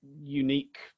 unique